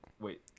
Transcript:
wait